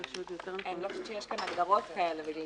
אני חושבת שאין כאן הגדרות כאלה.